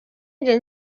njye